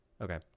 Okay